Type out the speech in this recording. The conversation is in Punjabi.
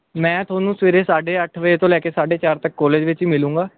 ਮੈਂ ਤੁਹਾਨੂੰ ਸਵੇਰੇ ਸਾਢੇ ਅੱਠ ਵਜੇ ਤੋਂ ਲੈ ਕੇ ਸਾਢੇ ਚਾਰ ਤੱਕ ਕੋਲੇਜ ਵਿੱਚ ਹੀ ਮਿਲੂੰਗਾ